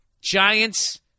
Giants